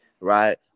Right